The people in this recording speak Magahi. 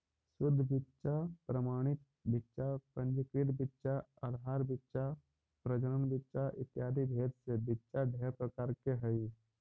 शुद्ध बीच्चा प्रमाणित बीच्चा पंजीकृत बीच्चा आधार बीच्चा प्रजनन बीच्चा इत्यादि भेद से बीच्चा ढेर प्रकार के हई